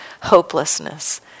hopelessness